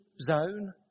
zone